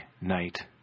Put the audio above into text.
night